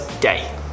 day